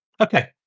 Okay